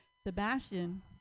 Sebastian